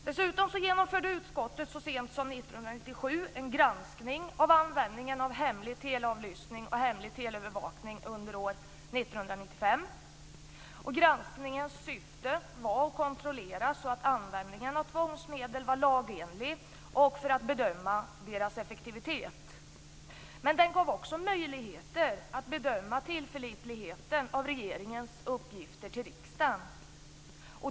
Dessutom genomförde utskottet så sent som 1997 en granskning av användningen av hemlig teleavlyssning och hemlig teleövervakning under år 1995. Granskningens syfte var att man skulle kontrollera att användningen av tvångsmedel var lagenlig och att man skulle bedöma deras effektivitet. Men den gav också möjligheter att bedöma tillförlitligheten av regeringens uppgifter till riksdagen.